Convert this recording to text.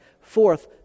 Fourth